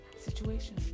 situation